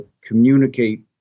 communicate